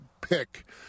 pick